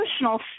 emotional